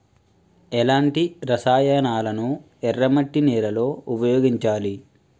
ఎలాంటి రసాయనాలను ఎర్ర మట్టి నేల లో ఉపయోగించాలి?